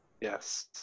yes